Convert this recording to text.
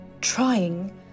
trying